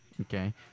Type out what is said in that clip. Okay